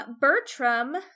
Bertram